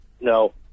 No